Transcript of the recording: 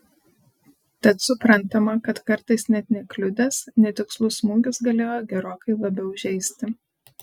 tad suprantama kad kartais net nekliudęs netikslus smūgis galėjo gerokai labiau žeisti